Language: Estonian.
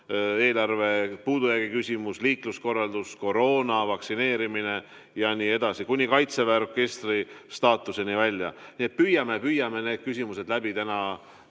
eelarve puudujäägi küsimus, liikluskorraldus, koroona, vaktsineerimine ja nii edasi kuni Kaitseväe orkestri staatuseni välja. Nii et püüame need küsimused läbi võtta